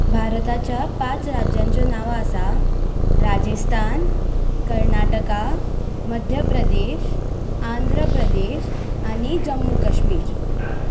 भारताच्या पांच राज्यांचे नांवां आसा राजेस्थान कर्नाटका मध्य प्रदेश आंध्र प्रदेश आनी जम्मू कश्मीर